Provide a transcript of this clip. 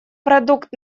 продукт